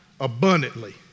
abundantly